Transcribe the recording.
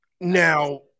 Now